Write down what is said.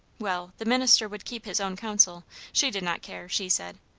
well the minister would keep his own counsel she did not care, she said.